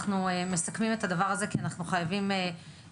אנחנו מסכמים את הדיון כי אנחנו חייבים לעלות.